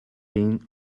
fydd